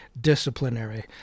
disciplinary